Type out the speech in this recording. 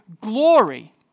glory